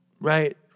Right